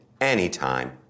anytime